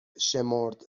شمرد